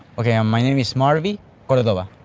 yeah my name is marvi cordova.